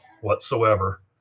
whatsoever